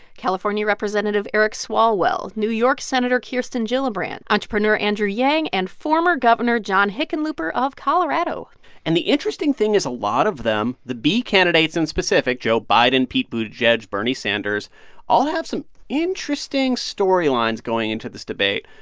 california representative eric swalwell, new york senator kirsten gillibrand, entrepreneur andrew yang and former governor john hickenlooper of colorado and the interesting thing is a lot of them, the b-candidates in specific joe biden, pete buttigieg, bernie sanders all have some interesting storylines going into this debate.